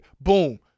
Boom